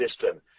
system